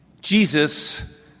Jesus